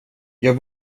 jag